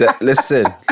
Listen